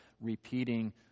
repeating